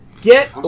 Get